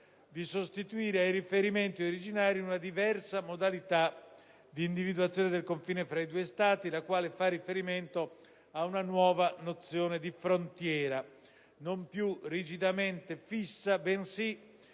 di sostituire ai riferimenti originari una diversa modalità di individuazione del confine tra i due Stati, la quale fa riferimento ad una nuova nozione di frontiera, non più rigidamente fissa, bensì